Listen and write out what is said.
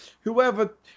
whoever